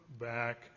back